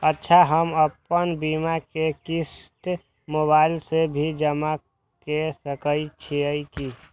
अच्छा हम आपन बीमा के क़िस्त मोबाइल से भी जमा के सकै छीयै की?